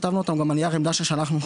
כתבתנו אותן גם בנייר עמדה ששלחנו.